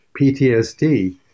PTSD